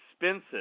expensive